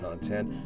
content